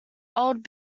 old